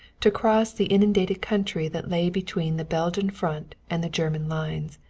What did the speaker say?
to cross the inundated country that lay between the belgian front and the german lines,